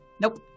Nope